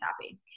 happy